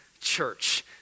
church